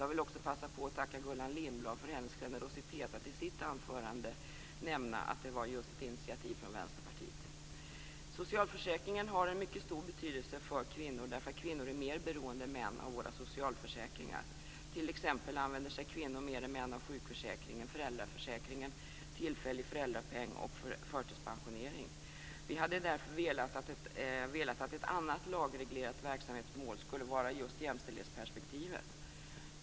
Jag vill passa på att tacka Gullan Lindblad för hennes generositet att i sitt anförande nämna att det var ett initiativ från Vänsterpartiet. Socialförsäkringen har en mycket stor betydelse för kvinnor därför att kvinnor är mer beroende än män av våra socialförsäkringar. T.ex. använder sig kvinnor mer än män av sjukförsäkringen, föräldraförsäkringen, tillfällig föräldrapenning och förtidspensionering. Vi hade därför velat att ett annat lagreglerat verksamhetsmål skulle vara just jämställdhetsperspektivet.